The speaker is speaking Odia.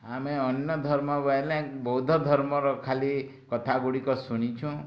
ଆମେ ଅନ୍ୟ ଧର୍ମ ବୋଇଲେ ବୌଦ୍ଧ ଧର୍ମର ଖାଲି କଥାଗୁଡ଼ିକ ଶୁଣିଛୁଁ